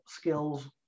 skills